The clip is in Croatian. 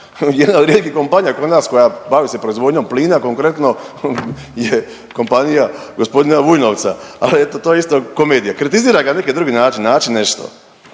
jedna od rijetkih kompanija kod nas koja bavi se proizvodnjom plina konkretno, je kompanija gospodina Vujnovca. Ali eto to je isto komedija, kritiziraj ga na neki drugi način, nađi nešto.